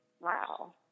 wow